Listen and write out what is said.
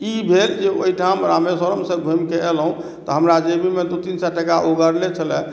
ई भेल जे ओहिठाम रामेश्वरमसँ घुमि कऽ एलहुँ तऽ हमरा जेबीमे दू तीन सौ टका उबरले छलए